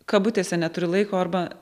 kabutėse neturi laiko arba